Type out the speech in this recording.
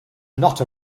not